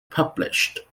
published